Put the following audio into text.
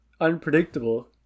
unpredictable